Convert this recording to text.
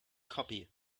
copy